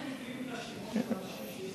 להקריא את השמות של האנשים,